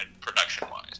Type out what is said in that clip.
production-wise